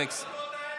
אלכס.